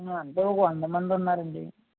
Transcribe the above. అంటే ఒక వంద మంది ఉన్నారు అండి